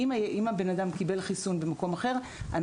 אם האדם קיבל חיסון במקום אחר,